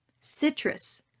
Citrus